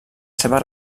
seva